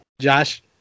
Josh